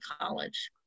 college